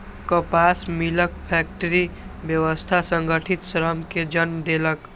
कपास मिलक फैक्टरी व्यवस्था संगठित श्रम कें जन्म देलक